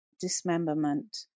dismemberment